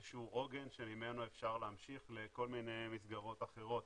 שהוא עוגן שממנו אפשר להמשיך לכל מיני מסגרות אחרות,